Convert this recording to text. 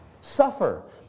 suffer